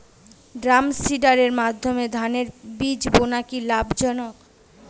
ড্রামসিডারের মাধ্যমে ধানের বীজ বোনা কি লাভজনক?